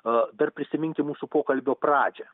o dar prisiminkim mūsų pokalbio pradžią